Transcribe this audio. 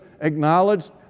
acknowledged